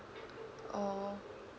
oh